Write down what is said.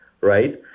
right